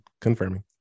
confirming